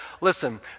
listen